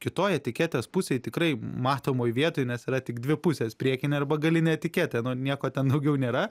kitoj etiketės pusėj tikrai matomoj vietoj nes yra tik dvi pusės priekinė arba galinė etiketė nu nieko ten daugiau nėra